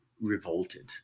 revolted